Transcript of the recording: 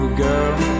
girl